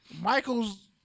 Michael's